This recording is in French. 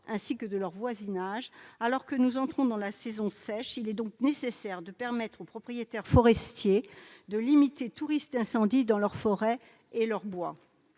forêts et de leurs voisinages, alors que nous entrons dans la saison sèche, il est donc nécessaire de permettre aux propriétaires forestiers de limiter tous risques d'incendies dans leurs forêts et leurs bois.